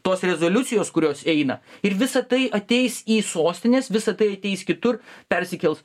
tos rezoliucijos kurios eina ir visa tai ateis į sostinės visa tai ateis kitur persikels